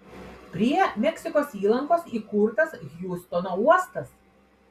prie meksikos įlankos įkurtas hjustono uostas